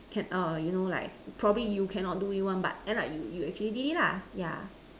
can orh you know like probably you cannot do it one but end up you actually did it lah yeah